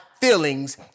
feelings